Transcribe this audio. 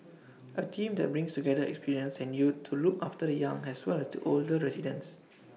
A team that brings together experience and youth to look after the young as well as the older residents